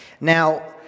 Now